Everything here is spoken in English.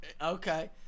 Okay